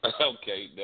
okay